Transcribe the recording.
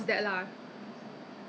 脱皮的时候痛得要命